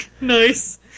Nice